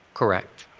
correct.